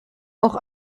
auch